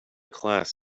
class